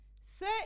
say